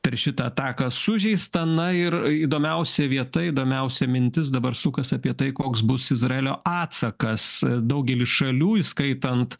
per šitą ataką sužeista na ir įdomiausia vieta įdomiausia mintis dabar sukas apie tai koks bus izraelio atsakas daugelis šalių įskaitant